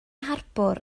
harbwr